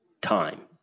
time